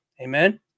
Amen